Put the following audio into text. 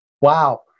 Wow